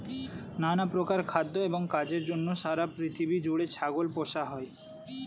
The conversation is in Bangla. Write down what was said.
নানা প্রকার খাদ্য এবং কাজের জন্য সারা পৃথিবী জুড়ে ছাগল পোষা হয়